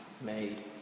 made